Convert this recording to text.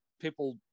people